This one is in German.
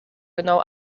genau